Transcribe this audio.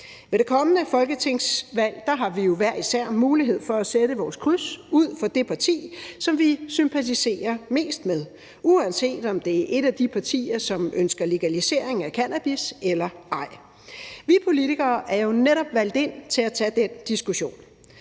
Ved det kommende folketingsvalg har vi jo hver især mulighed for at sætte vores kryds ud fra det parti, som vi sympatiserer mest med, uanset om det er et af de partier, som ønsker legalisering af cannabis eller ej. Vi politikere er jo netop valgt ind til at tage den diskussion.